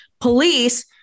police